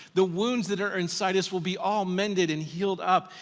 the wounds that are inside us will be all mended and healed up,